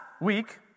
week